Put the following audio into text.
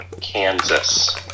Kansas